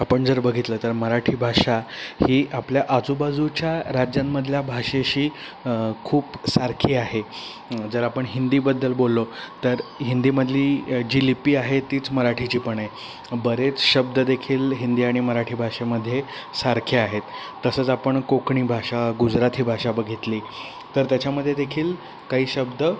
आपण जर बघितलं तर मराठी भाषा ही आपल्या आजूबाजूच्या राज्यांमधल्या भाषेशी खूप सारखी आहे जर आपण हिंदीबद्दल बोललो तर हिंदीमधली जी लिपी आहे तीच मराठीची पण आहे बरेच शब्द देखील हिंदी आणि मराठी भाषेमध्ये सारखे आहेत तसंच आपण कोकणी भाषा गुजराथी भाषा बघितली तर त्याच्यामध्ये देखील काही शब्द